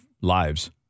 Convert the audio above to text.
lives